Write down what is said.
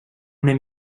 una